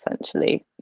essentially